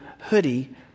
hoodie